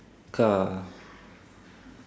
car